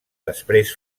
després